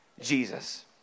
Jesus